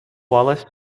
wallace